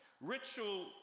Ritual